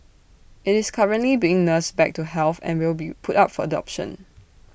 IT is currently being nursed back to health and will be put up for adoption